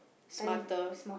smarter